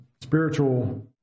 spiritual